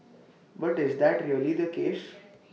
but is that really the case